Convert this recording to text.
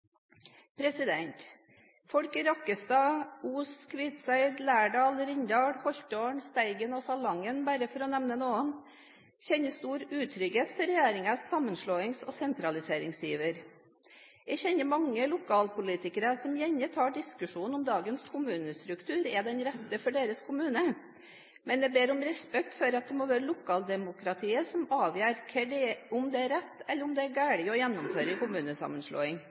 Folk i Rakkestad, Os, Kviteseid, Lærdal, Rindal, Holtålen, Steigen og Salangen, bare for å nevne noen, kjenner stor utrygghet for regjeringens sammenslåings- og sentraliseringsiver. Jeg kjenner mange lokalpolitikere som gjerne tar diskusjonen om dagens kommunestruktur er den rette for deres kommune, men jeg ber om respekt for at det må være lokaldemokratiet som avgjør om det er rett eller om det er galt å gjennomføre kommunesammenslåing.